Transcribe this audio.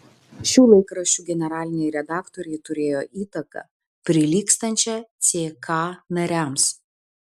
šių laikraščių generaliniai redaktoriai turėjo įtaką prilygstančią ck nariams